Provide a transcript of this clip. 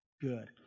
good